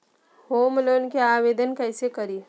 Home loan के आवेदन कैसे करि?